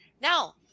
Now